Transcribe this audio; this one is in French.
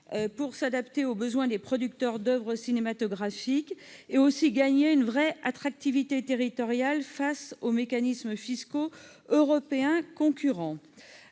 pour s'adapter aux besoins des producteurs d'oeuvres cinématographiques et gagner une vraie attractivité territoriale face aux mécanismes fiscaux européens concurrents.